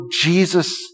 Jesus